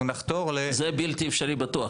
אנחנו נחתור ל- -- זה בלתי אפשרי בטוח,